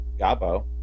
Gabo